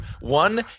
one